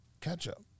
ketchup